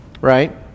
right